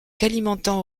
kalimantan